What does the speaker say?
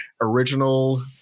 original